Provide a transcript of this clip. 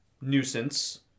nuisance